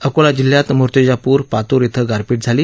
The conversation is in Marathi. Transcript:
अकोला जिल्ह्यात मुर्तिजापूर पातूर इथं गारपीट झाली